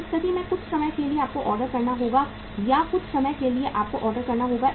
उस स्थिति में कुछ समय के लिए आपको ऑर्डर करना होगा या कुछ समय के लिए आपको ऑर्डर करना होगा